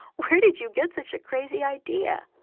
where did you get such a crazy idea?